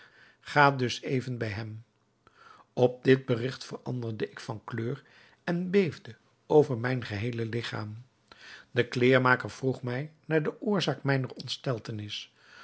ga dus even bij hem op dit berigt veranderde ik van kleur en beefde over mijn geheele ligchaam de kleermaker vroeg mij naar de oorzaak mijner